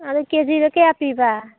ꯑꯗꯨ ꯀꯦꯖꯤꯗ ꯀꯌꯥ ꯄꯤꯕ